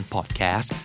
Podcast